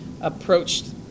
approached